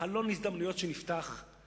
חלון הזדמנויות שנפתח הוא